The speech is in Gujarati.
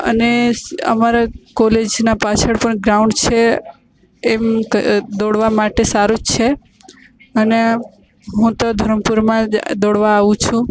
અને અમારા કોલેજના પાછળ પણ ગ્રાઉન્ડ છે એમ દોડવા માટે સારું જ છે અને હું તો ધરમપુરમાં જ દોડવા આવું છું